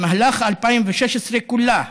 במהלך 2016 כולה